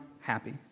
happy